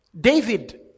David